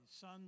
son